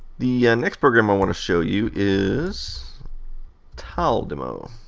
the next program i want to show you is tile demo.